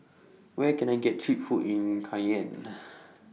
Where Can I get Cheap Food in Cayenne